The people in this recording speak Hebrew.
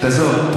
עזוב.